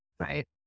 Right